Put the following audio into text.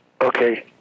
Okay